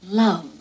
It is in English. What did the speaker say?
love